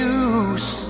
use